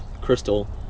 crystal